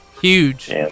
huge